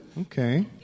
Okay